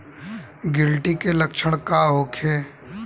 गिलटी के लक्षण का होखे?